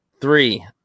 Three